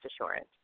assurance